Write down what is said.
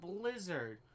Blizzard